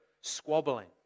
squabbling